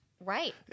Right